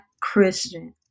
Christian